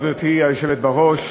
גברתי היושבת בראש,